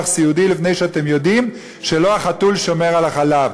סיעודי לפני שהם יודעים שלא החתול שומר על החלב,